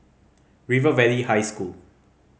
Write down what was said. River Valley High School